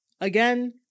Again